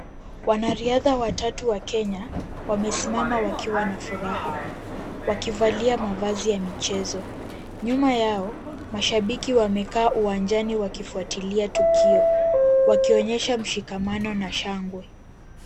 Wanariadha watatu wa Kenya, wamesimama wakiwa na furaha, wakivalia mavazi ya michezo. Nyuma yao, mashabiki wamekaa uwanjani wakifuatilia tukio, wakionyesha mshikamano na shangwe.